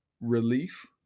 relief